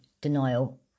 denial